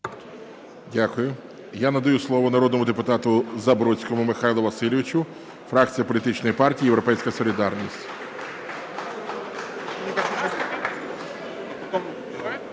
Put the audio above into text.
Дякую. Я надаю слово народному депутату Забродському Михайлу Васильовичу, фракція політичної партії "Європейська солідарність".